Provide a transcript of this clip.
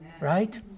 Right